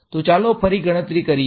તો ચાલો ફરી ગણતરી કરીએ